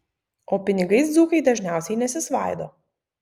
o pinigais dzūkai dažniausiai nesisvaido